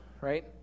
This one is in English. right